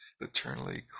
eternally